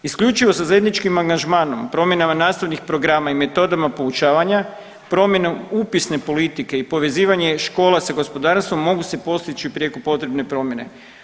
Isključivo sa zajedničkim angažmanom, promjenama nastavnih programa i metodama poučavanja, promjenom upisne politike i povezivanjem škola sa gospodarstvom mogu se postići prijeko potrebne promjene.